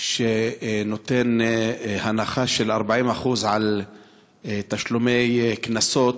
שנותן הנחה של 40% על תשלומי קנסות,